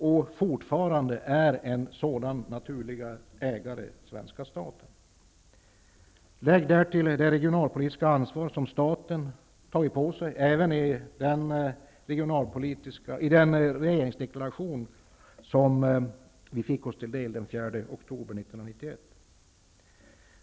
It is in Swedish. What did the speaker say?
Och fortfarande är en naturlig sådan ägare den svenska staten. Lägg därtill det regionalpolitiska ansvar som staten tagit på sig även i regeringsdeklarationen från den 4 oktober 1991.